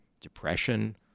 depression